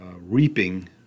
reaping